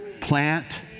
plant